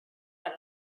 out